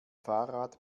fahrrad